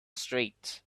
street